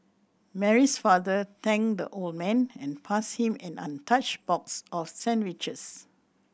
Mary's father thanked the old man and passed him an untouched box of sandwiches